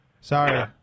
Sorry